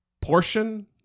portion